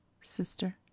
Sister